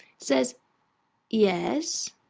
says yes?